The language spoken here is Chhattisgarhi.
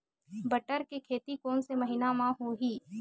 बटर के खेती कोन से महिना म होही?